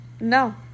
No